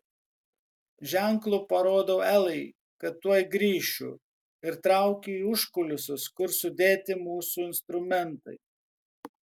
ženklu parodau elai kad tuoj grįšiu ir traukiu į užkulisius kur sudėti mūsų instrumentai